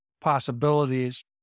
possibilities